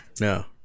No